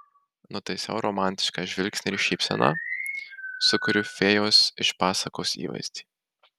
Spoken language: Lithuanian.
nutaisau romantišką žvilgsnį ir šypseną sukuriu fėjos iš pasakos įvaizdį